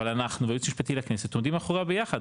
אבל אנחנו והייעוץ המשפטי לכנסת עומדים מאחוריה ביחד,